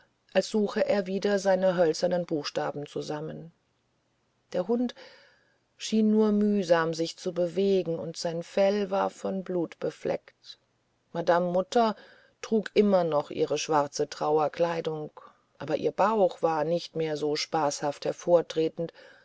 als suche er wieder seine hölzernen buchstaben zusammen der hund schien nur mühsam sich zu bewegen und sein fell war von blut befleckt madame mutter trug noch immer ihre schwarze trauerkleidung aber ihr bauch war nicht mehr so spaßhaft